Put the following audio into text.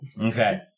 okay